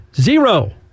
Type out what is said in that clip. zero